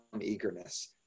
eagerness